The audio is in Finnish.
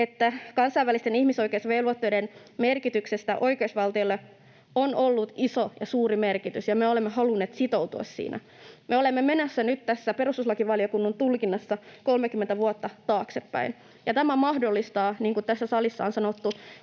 että kansainvälisillä ihmisoikeusvelvoitteilla on ollut oikeusvaltiolle iso ja suuri merkitys, ja me olemme halunneet sitoutua niihin. Me olemme menossa nyt tästä perustuslakivaliokunnan tulkinnasta 30 vuotta taaksepäin. Tämä mahdollistaa, niin kuin tässä salissa on sanottu